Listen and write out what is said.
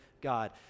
God